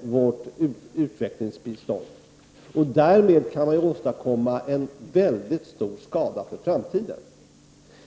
vårt utvecklingsbistånd. Därmed kan man åstadkomma mycket stor skada inför framtiden.